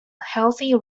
healthy